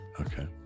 Okay